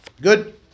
Good